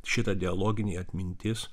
šita dialoginė atmintis